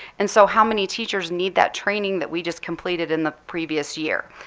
and so how many teachers need that training that we just completed in the previous year?